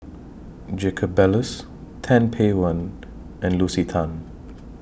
Jacob Ballas Tan Paey one and Lucy Tan